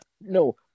No